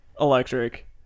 electric